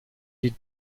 die